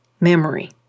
memory